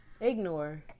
ignore